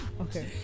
Okay